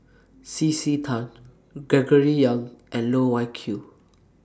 C C Tan Gregory Yong and Loh Wai Kiew